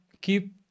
keep